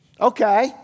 Okay